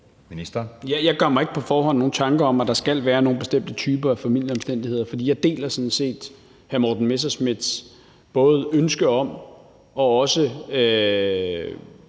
Jeg gør mig ikke på forhånd nogen tanker om, at der skal være nogle bestemte typer af formildende omstændigheder, for jeg deler sådan set både hr. Morten Messerschmidts indignation over